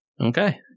Okay